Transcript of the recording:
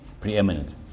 preeminent